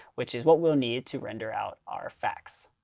which is what we'll need to render out our facts.